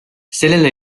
sellele